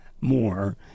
more